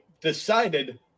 decided